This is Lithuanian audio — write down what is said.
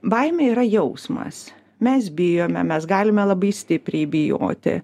baimė yra jausmas mes bijome mes galime labai stipriai bijoti